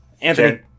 Anthony